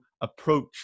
approach